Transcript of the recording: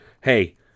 hey